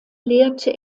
lehrte